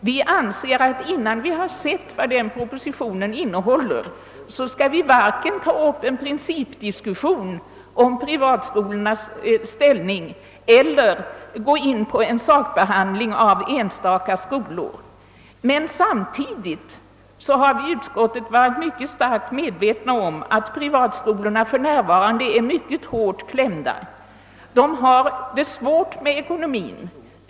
Vi anser att innan vi har sett vad denna proposition innehåller skall vi varken ta upp en principdiskussion om privatskolornas ställning eller gå in på en sakbehandling beträffande enstaka skolor. Samtidigt har vi i utskottet varit mycket starkt medvetna om att privatskolorna för närvarande är ytterst hårt klämda. De har det svårt med ekonomin.